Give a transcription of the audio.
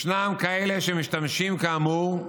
ישנם כאלה שמשתמשים, כאמור,